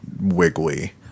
wiggly